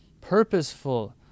purposeful